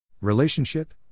Relationship